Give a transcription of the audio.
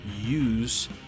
use